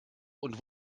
und